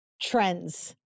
trends